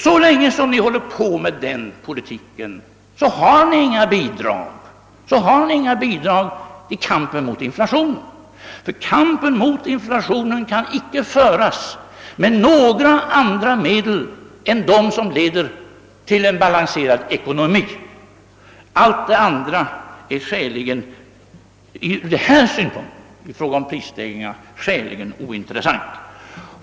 Så länge ni håller på med denna politik har ni inget bidrag att lämna till kampen mot inflationen. Denna kan inte föras med andra medel än sådana som leder till en balanserad ekonomi. Allt det andra är, när det gäller prisstegringarna skäligen ointressant.